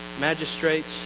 magistrates